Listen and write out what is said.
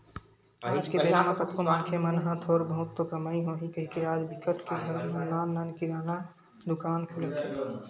आज के बेरा म कतको मनखे मन ह थोर बहुत तो कमई होही कहिके आज बिकट के घर म नान नान किराना दुकान खुलत हे